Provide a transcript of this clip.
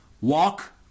walk